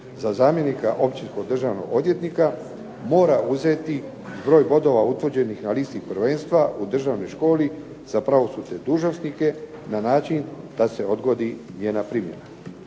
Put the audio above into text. za zamjenika općinskog državnog odvjetnika mora uzeti broj bodova utvrđenih na listi prvenstva u Državnoj školi za pravosudne dužnosnike na način da se odgodi njena primjena.